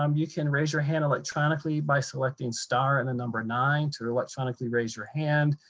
um you can raise your hand electronically by selecting star and a number nine to electronically. raise your hand.